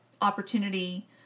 opportunity